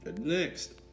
Next